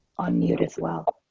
on mute, as well.